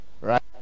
right